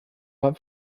war